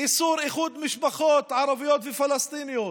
איסור איחוד משפחות ערביות ופלסטיניות,